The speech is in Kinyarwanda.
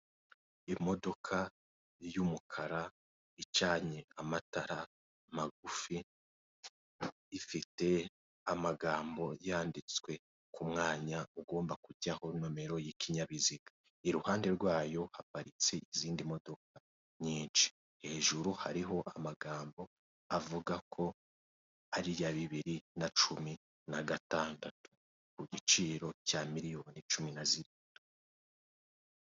Imodoka y'umukara icanye amatara magufi, ifite amagambo yanditswe ku mwanya ugomba kujyaho nomero y'ikinyabiziga. Iruhande rwayo haparitse izindi modoka nyinshi, hejuru hariho amagambo avuga ko ari iya bibiri na cumi na gatandatu, ku giciro cya miliyoni cumi na zirindwi.